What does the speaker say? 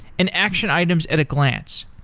and action items at a glance.